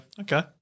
Okay